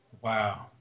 Wow